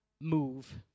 move